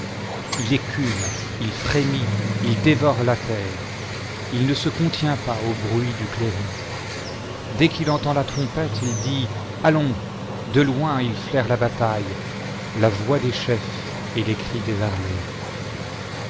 il écume il fi-émit il dévore la teite il ne se contient pas au bruit du clairon dès qu'il entend la trompette il dit allons de loin il flaire la bataille la voix des chefs et les cris des armées